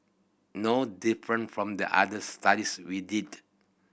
no different from the other studies we did